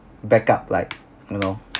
backup like you know